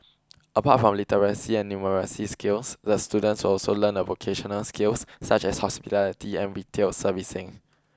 apart from literacy and numeracy skills the students will also learn a vocational skills such as hospitality and retail servicing